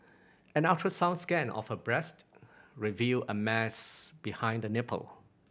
an ultrasound scan of her breast revealed a mass behind the nipple